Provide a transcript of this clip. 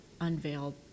unveiled